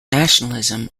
nationalism